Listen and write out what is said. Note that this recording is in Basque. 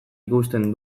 ikusten